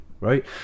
right